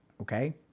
Okay